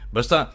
Basta